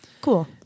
Cool